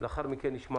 לאחר מכן נשמע